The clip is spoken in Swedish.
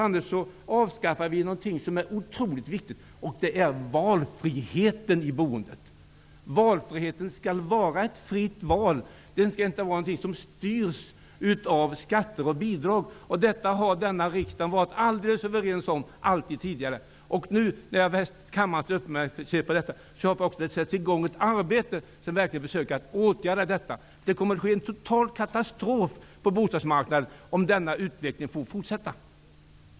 Annars avskaffar vi något som är otroligt viktigt, nämligen valfriheten i boendet. Valfriheten skall innebära ett fritt val, den skall inte vara någonting som styrs av skatter och bidrag. Detta har vi i denna kammare varit helt överens om alltid tidigare. Nu när jag fäst kammarens uppmärksamhet på detta, hoppas jag att det sätts i gång ett arbete för att verkligen försöka åtgärda detta. Det kommer att bli en total katastrof på bostadsmarknaden, om denna utveckling får fortsätta.